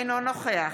אינו נוכח